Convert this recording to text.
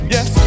Yes